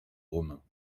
romains